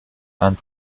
and